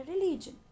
religion